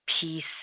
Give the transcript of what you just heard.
peace